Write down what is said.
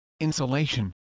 insulation